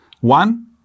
One